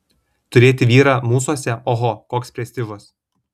turėti vyrą mūsuose oho koks prestižas